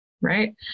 Right